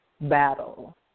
battle